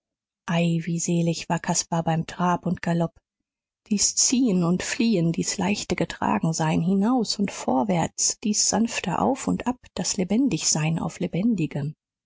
wie selig war caspar beim trab und galopp dies ziehen und fliehen dies leichte getragensein hinaus und vorwärts dies sanfte auf und ab das lebendigsein auf lebendigem